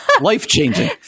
life-changing